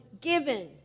given